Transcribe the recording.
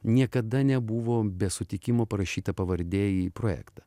niekada nebuvo be sutikimo parašyta pavardė į projektą